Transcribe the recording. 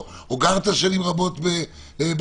או גרת שנים רבות באנגליה.